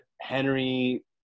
Henry